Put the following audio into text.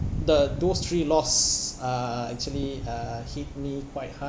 the those three loss uh actually uh hit me quite hard